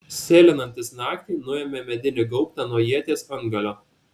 sėlinantis naktį nuėmė medinį gaubtą nuo ieties antgalio